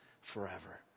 forever